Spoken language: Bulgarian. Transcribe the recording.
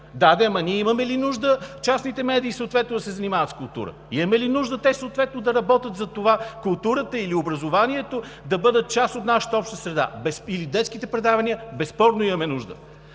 Да де, но ние имаме ли нужда частните медии съответно да се занимават с култура? Имаме ли нужда те съответно да работят за това културата или образованието да бъдат част от нашата обща среда или от детските предавания? Безспорно имаме нужда!